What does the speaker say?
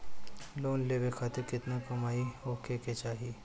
Loan लेवे खातिर केतना कमाई होखे के चाही?